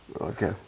Okay